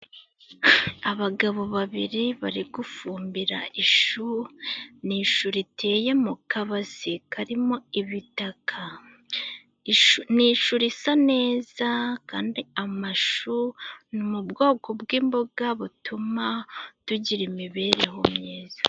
Abagabo babiri bari gufumbira ishu, ni ishu riteye mu kabasi karimo ibitaka. Ni ishu risa neza kandi amashu ni ubwoko bw'imboga butuma tugira imibereho myiza.